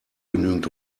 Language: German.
genügend